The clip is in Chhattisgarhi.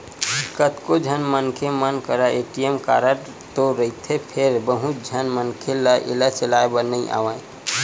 कतको झन मनखे मन करा ए.टी.एम कारड तो रहिथे फेर बहुत झन मनखे ल एला चलाए बर नइ आवय